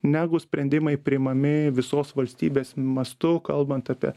negu sprendimai priimami visos valstybės mastu kalbant apie